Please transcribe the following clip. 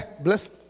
bless